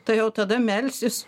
tau jau tada melsis